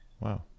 Wow